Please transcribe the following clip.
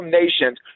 nations